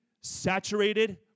saturated